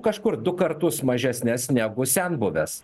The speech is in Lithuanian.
kažkur du kartus mažesnes negu senbuvės